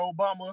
Obama